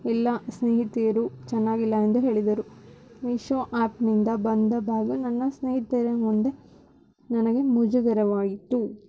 ಎಲ್ಲ ಸ್ನೇಹಿತೆಯರು ಚೆನ್ನಾಗಿಲ್ಲ ಎಂದು ಹೇಳಿದರು ಮೀಶೋ ಆ್ಯಪ್ನಿಂದ ಬಂದ ಬ್ಯಾಗ್ ನನ್ನ ಸ್ನೇಹಿತರ ಮುಂದೆ ನನಗೆ ಮುಜುಗರವಾಯಿತು